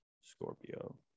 scorpio